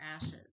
ashes